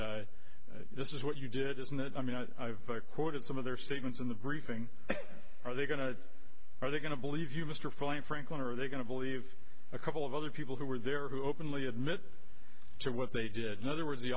said this is what you did isn't it i mean i've quoted some of their statements in the briefing are they going to are they going to believe you mr flamm franklin or are they going to believe a couple of other people who were there who openly admit to what they did another was the